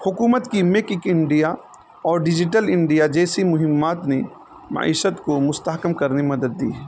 حکومت کی make in India اور ڈیجیٹل انڈیا جیسی مہمات نے معیشت کو مستحکم کرنے مدد دی